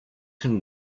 can